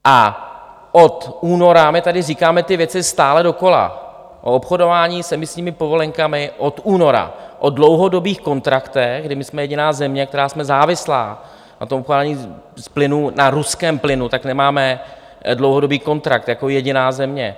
A od února my tady říkáme ty věci stále dokola o obchodování s emisními povolenkami od února, o dlouhodobých kontraktech, kdy my jsme jediná země, která jsme závislá na tom z plynu na ruském plynu, tak nemáme dlouhodobý kontrakt jako jediná země.